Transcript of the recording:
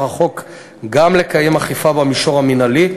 החוק גם לקיים אכיפה במישור המינהלי.